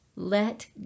let